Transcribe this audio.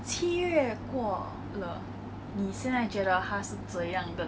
I can tell that 他不只是一个